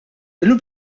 illum